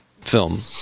film